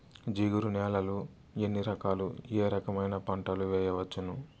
జిగురు నేలలు ఎన్ని రకాలు ఏ రకమైన పంటలు వేయవచ్చును?